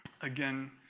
again